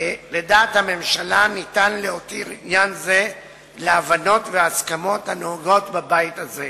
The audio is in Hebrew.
לדעת הממשלה אפשר להותיר עניין זה להבנות ולהסכמות הנהוגות בבית הזה.